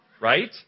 Right